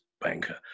banker